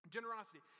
Generosity